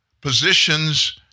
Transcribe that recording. positions